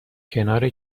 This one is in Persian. کنار